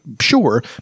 sure